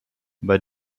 bei